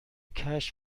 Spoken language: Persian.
کشف